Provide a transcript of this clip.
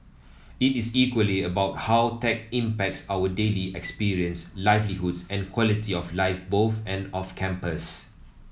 it is equally about how tech impacts our daily experience livelihoods and quality of life both and off campus